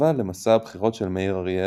כמחווה ל"מסע הבחירות של מאיר אריאל",